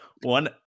One